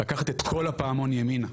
לקחת את כל הפעמון ימינה,